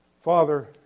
Father